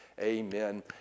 Amen